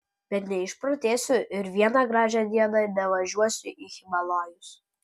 bet neišprotėsiu ir vieną gražią dieną nevažiuosiu į himalajus